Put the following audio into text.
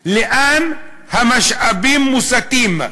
לאן המשאבים מוסטים.